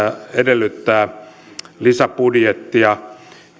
edellyttää lisäbudjettia